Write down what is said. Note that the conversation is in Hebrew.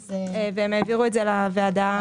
והם העבירו את זה לוועדה היום.